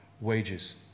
wages